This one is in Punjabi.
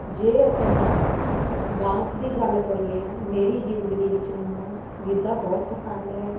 ਜੇ ਅਸੀਂ ਡਾਂਸ ਦੀ ਗੱਲ ਕਰੀਏ ਮੇਰੀ ਜ਼ਿੰਦਗੀ ਵਿੱਚ ਮੈਨੂੰ ਗਿੱਧਾ ਬਹੁਤ ਪਸੰਦ ਹੈ